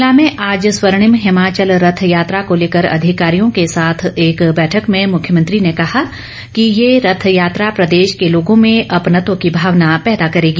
शिमला में आज स्वर्णिम हिमाचल रथ यात्रा को लेकर अधिकारियों के साथ एक बैठक में मुख्यमंत्री ने कहा कि ये रथ यात्रा प्रदेश के लोगों में अपनत्व की भावना पैदा करेगी